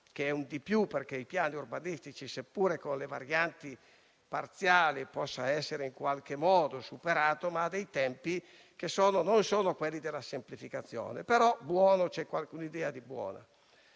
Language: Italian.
è un di più, perché i piani urbanistici, seppure con le varianti parziali, possono essere in qualche modo superati, hanno dei tempi che non sono quelli della semplificazione. Vi è, però, una buona